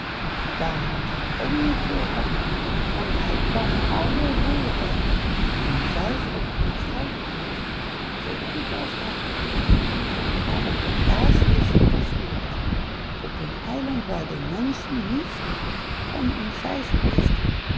daar had het ook niet veel van want hij kwam aldoor boeren tegen die een zeis op hun schouder droegen zoo goed als hij maar op het laatst is het toch gelukt op een eiland waar de menschen niets van een